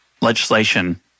legislation